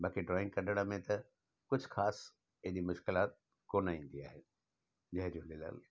बाक़ी ड्रॉइंग कढण में त कुझु ख़ासि हेॾी मुश्किलात कोन ईंदी आहे जय झूलेलाल